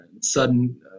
sudden